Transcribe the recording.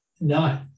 No